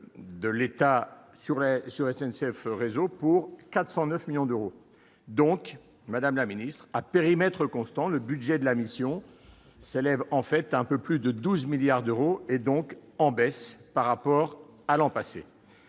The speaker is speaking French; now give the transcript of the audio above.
dette de SNCF Réseau, pour 409 millions d'euros. Donc, madame la ministre, à périmètre constant, le budget de la mission s'élève en fait à un peu plus de 12 milliards d'euros, en baisse par rapport à l'an passé.